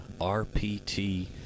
RPT